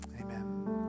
Amen